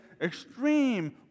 extreme